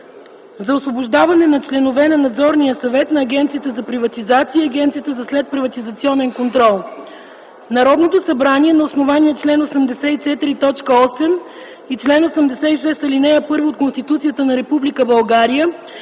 за освобождаване на членове на Надзорния съвет на Агенцията за приватизация и Агенцията за следприватизационен контрол: „Народното събрание на основание чл. 84, т. 8 и чл. 86, ал. 1 от Конституцията на Република